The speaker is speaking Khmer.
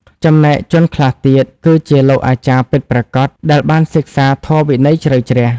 ចំណែកជនខ្លះទៀត គឺជាលោកអាចារ្យពិតប្រាកដ ដែលបានសិក្សាធម៌វិន័យជ្រៅជ្រះ។